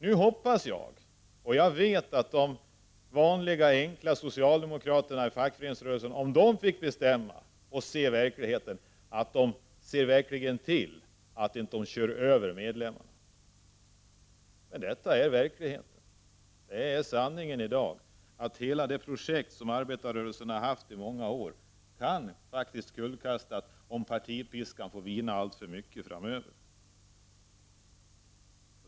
Nu hoppas jag — och vet jag — att om de vanliga, enkla socialdemokraterna i fackföreningsrörelsen får bestämma, ser de till att de inte kör över medlemmarna. Men sanningen i dag är att hela det projekt som arbetarrörelsen har haft i många år kan kullkastas, om partipiskan får vina alltför mycket framöver.